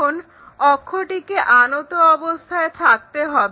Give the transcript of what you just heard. এখন অক্ষটিকে আনত অবস্থায় থাকতে হবে